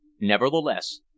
Nevertheless